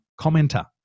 commenter